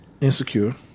Insecure